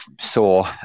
saw